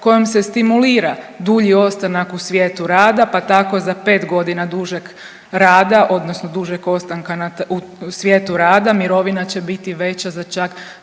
kojom se stimulira dulji ostanak u svijetu rada, pa tako za 5 godina dužeg rada odnosno dužeg ostanka u svijetu rada, mirovina će biti veća za čak